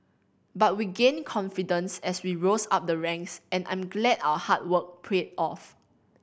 but we gained confidence as we rose up the ranks and I'm glad our hard work paid off